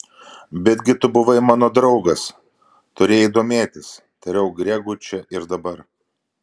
betgi tu buvai mano draugas turėjai domėtis tariau gregui čia ir dabar